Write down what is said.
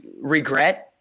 regret